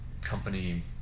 company